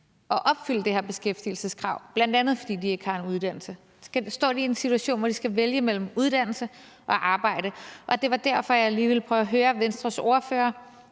at opfylde det her beskæftigelseskrav, bl.a. fordi de ikke har en uddannelse. Så står de i en situation, hvor de skal vælge mellem uddannelse og arbejde, og det var derfor, jeg lige ville prøve at høre Venstres ordfører.